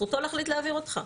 זכותו להחליט להעביר אותך.